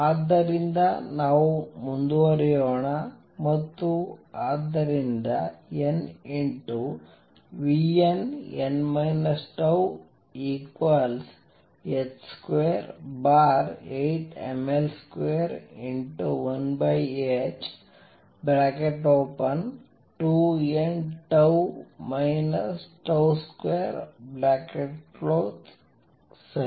ಆದ್ದರಿಂದ ನಾವು ಮುಂದುವರಿಯೋಣ ಮತ್ತು ಆದ್ದರಿಂದ n nn τh28mL21h2nτ 2 ಸರಿ